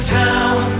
town